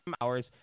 hours